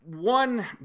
one